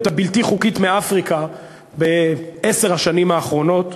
הבלתי-חוקית מאפריקה בעשר השנים האחרונות,